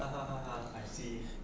I see